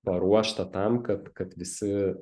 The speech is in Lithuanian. paruošta tam kad kad visi